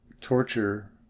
torture